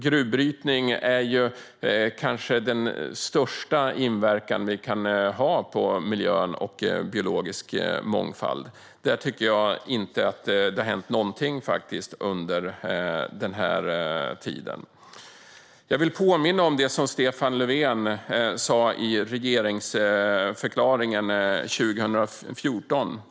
Gruvbrytning är ju kanske den största inverkan vi kan ha på miljön och på den biologiska mångfalden. Där tycker jag inte att det har hänt någonting under denna tid. Jag vill påminna om det som Stefan Löfven sa i regeringsförklaringen 2014.